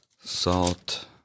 Salt